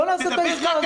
-- דבר שמונה שעות,